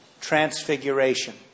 transfiguration